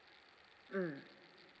mm